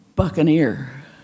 Buccaneer